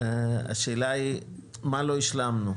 אבל השאלה היא מה לא השלמנו?